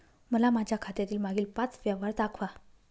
मला माझ्या खात्यातील मागील पांच व्यवहार दाखवा